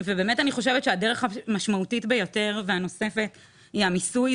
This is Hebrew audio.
ובאמת אני חושבת שהדרך המשמעותית ביותר והנוספת היא המיסוי.